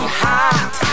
hot